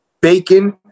bacon